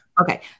Okay